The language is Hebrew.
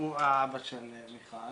והוא אבא של מיכל.